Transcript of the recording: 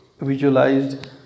visualized